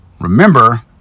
remember